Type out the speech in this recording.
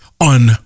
on